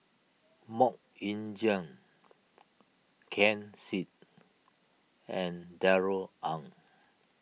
Mok Ying Jang Ken Seet and Darrell Ang